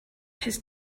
his